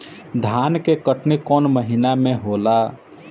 धान के कटनी कौन महीना में होला?